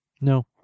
No